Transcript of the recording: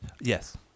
yes